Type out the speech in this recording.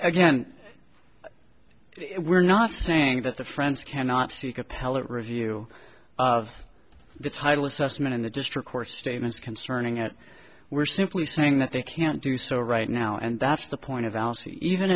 again we're not saying that the friends cannot seek appellate review of the title assessment in the district court statements concerning it we're simply saying that they can't do so right now and that's the point of